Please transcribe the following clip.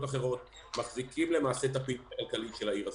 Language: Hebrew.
אחרות מחזיקים את הפעילות הכלכלית של העיר הזאת.